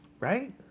Right